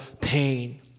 pain